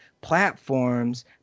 platforms